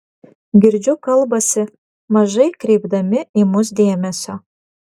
girdžiu kalbasi mažai kreipdami į mus dėmesio